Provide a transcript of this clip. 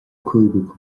cúigiú